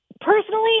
Personally